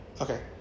Okay